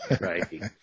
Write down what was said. right